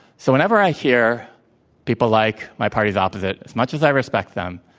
so whenever i hear people like my parties opposite, as much as i respect them,